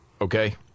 Okay